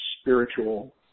spiritual